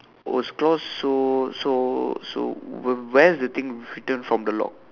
was cause so so so so where is the thing written from the lock